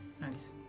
Nice